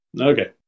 Okay